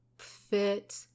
Fit